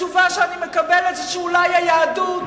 התשובה שאני מקבלת, שאולי היהדות